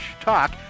talk